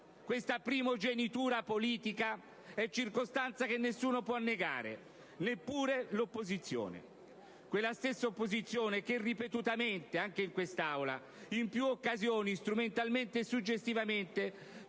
Questa primogenitura politica è circostanza che nessuno può negare, neppure l'opposizione. Quella stessa opposizione che ripetutamente, anche in quest'Aula, in più occasioni strumentalmente e suggestivamente